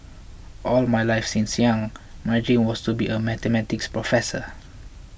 all my life since young my dream was to be a Mathematics professor